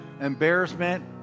embarrassment